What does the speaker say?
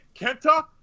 Kenta